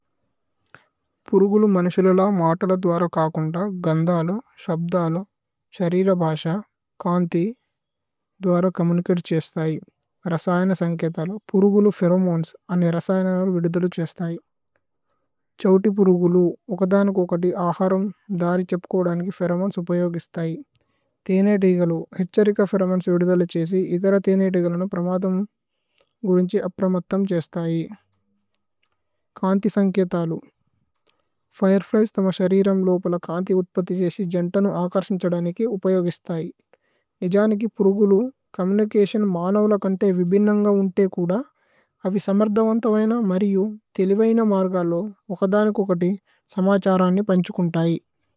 പുരുഗുലു മനുശലല്ല മതല്ല ദോഉര കകുന്ദ ഗന്ദലു, ശബ്ദലു, ശരിര് ഭശ, കന്തി ദോഉര കമുനികേത് ഛേസ്തയു। രസയന് സന്കേതലു। പുരുഗുലു ഫിരമോന്സ് അന്നേ രസയന് വിദ്ദലു ഛേസ്തയു। ഛോഉതി പുരുഗുലു ഉകദനകോകതി അഹരമ് ദരി ഛപ്കോദനികേ ഫിരമോന്സ് ഉപ്പയോഗിസ് സന്കേതലു। തേനേതിസ് ഹിത്ഛരിക ഫിരമോന്സ് വിദിദല്ല്യ് ഛേസ്സിഏ ഇദര തേനേതിസ് പ്രമദമ് ഗുരിന്ഛി അബ്രമഥമ് ഛേസ്തയു। കന്തി സന്കേതലു। ഫിരേഫ്ലിഏസ്തമ് ശരിരമ് ലോപേല് കന്തി ഉഥ്പഥി ജേസ്സിഏ ജന്തനു അകര്ശിന്ഛദനികേ ഉപ്പയോഗിസ്തയു। നിജനികി പ്രുഗുലു ചോമ്മോനുചതിഓന് മന് മഥ്യരന്നു പന്ഛുകുന്തയു।